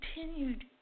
Continued